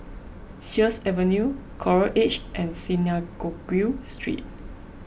Sheares Avenue Coral Edge and Synagogue Street